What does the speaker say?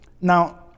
Now